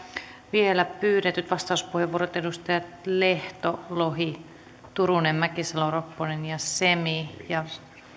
vielä pyydetyt vastauspuheenvuorot edustajat lehto lohi turunen mäkisalo ropponen ja semi ja